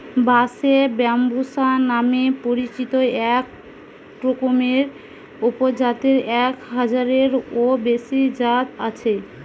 বাঁশের ব্যম্বুসা নামে পরিচিত একরকমের উপজাতের এক হাজারেরও বেশি জাত আছে